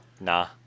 nah